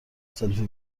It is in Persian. سلفی